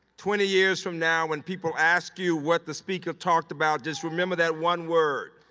twenty years from now when people ask you what the speaker talked about just remember that one word,